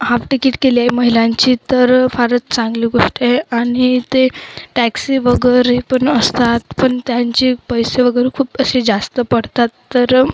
half ticket केली आहे महिलांची तर फारच चांगली गोष्ट आहे आणि ते टॅक्सी वगैरे पण असतात पण त्यांचे पैसे वगैरे खूप असे जास्त पडतात तर